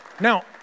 Now